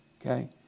Okay